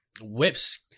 Whips